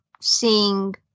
seeing